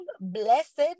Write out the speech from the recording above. Blessed